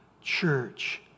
church